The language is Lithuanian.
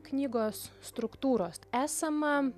knygos struktūros esama